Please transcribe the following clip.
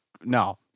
No